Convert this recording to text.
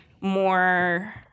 more